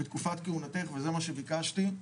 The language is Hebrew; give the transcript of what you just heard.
בתקופת כהונתך וזה מה שביקשתי,